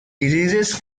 diseases